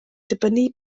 dibynnu